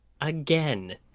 again